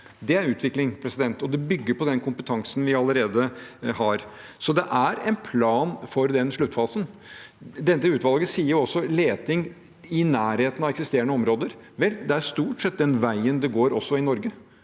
Det er utvikling, og det bygger på den kompetansen vi allerede har. Så det er en plan for den sluttfasen. Dette utvalget sier også: leting i nærheten av eksisterende områder. Vel, det er stort sett den veien det går også i Norge.